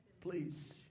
please